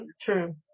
True